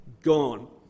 gone